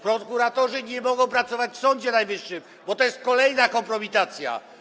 Prokuratorzy nie mogą pracować w Sądzie Najwyższym, bo to jest kolejna kompromitacja.